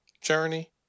Journey